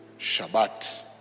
Shabbat